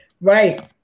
right